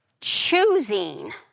choosing